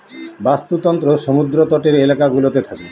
বাস্তুতন্ত্র সমুদ্র তটের এলাকা গুলোতে থাকে